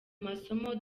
masomo